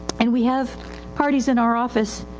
and we have parties in our office,